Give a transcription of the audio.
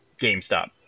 gamestop